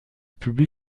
public